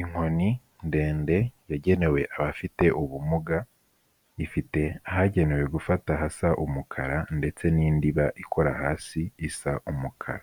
Inkoni ndende yagenewe abafite ubumuga, ifite ahagenewe gufata hasa umukara ndetse n'indiba ikora hasi isa umukara,